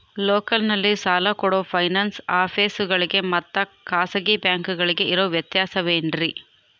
ಲೋಕಲ್ನಲ್ಲಿ ಸಾಲ ಕೊಡೋ ಫೈನಾನ್ಸ್ ಆಫೇಸುಗಳಿಗೆ ಮತ್ತಾ ಖಾಸಗಿ ಬ್ಯಾಂಕುಗಳಿಗೆ ಇರೋ ವ್ಯತ್ಯಾಸವೇನ್ರಿ?